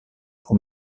pour